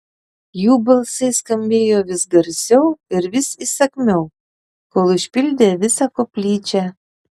jų balsai skambėjo vis garsiau ir vis įsakmiau kol užpildė visą koplyčią